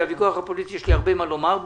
הפוליטי, בוויכוח הפוליטי יש לי הרבה מה לומר.